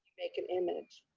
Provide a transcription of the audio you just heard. make an image,